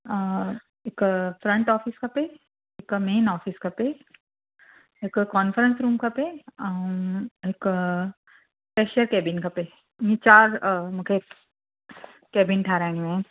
हिकु front office खपे हिकु मेइन ऑफ़िस खपे हिकु कॉंफ्रस रूम खपे ऐं हिकु केशियर केबिन खपे हीउ चार मूंखे केबिन ठाराहिणियूं आहिनि